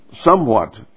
somewhat